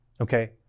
okay